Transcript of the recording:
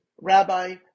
Rabbi